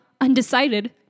undecided